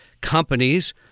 companies